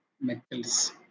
metals